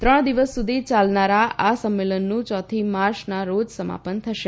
ત્રણ દિવસ સુધી ચાલનારા આ સંમેલનનું ચોથી માર્ચના રોજ સમાપન થશે